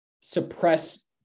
suppress